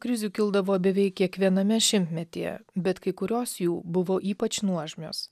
krizių kildavo beveik kiekviename šimtmetyje bet kai kurios jų buvo ypač nuožmios